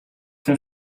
tym